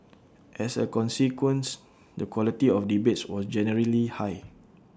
as A consequence the quality of debates was generally high